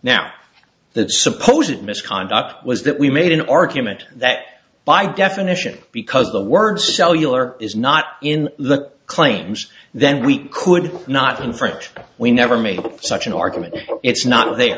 now that suppose it misconduct was that we made an argument that by definition because the word cellular is not in the claims then we could not infringe we never made such an argument it's not the